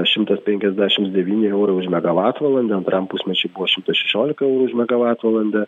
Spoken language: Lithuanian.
šimtas penkiasdešimts devyni eurai už megavatvalandę antram pusmečiui buvo šimtas šešiolika eurų už megavatvalandę